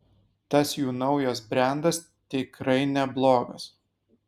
tas jų naujas brendas tikrai neblogas